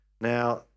Now